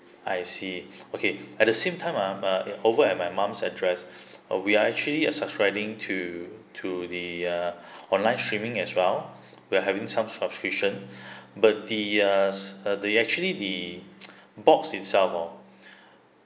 I see okay at the same time ah uh over at my mum's address ah we are actually uh subscribing to to the uh online streaming as well we're having some subscription but the uh the actually the box itself ah